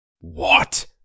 What